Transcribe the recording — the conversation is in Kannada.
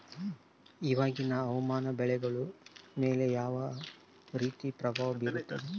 ಇವಾಗಿನ ಹವಾಮಾನ ಬೆಳೆಗಳ ಮೇಲೆ ಯಾವ ರೇತಿ ಪ್ರಭಾವ ಬೇರುತ್ತದೆ?